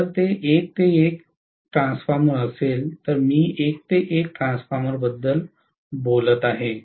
जर ते 1 ते 1 ट्रान्सफॉर्मर असेल तर मी 1 ते 1 ट्रान्सफॉर्मर बद्दल बोलत आहे